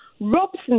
Robson